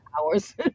hours